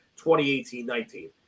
2018-19